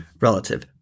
relative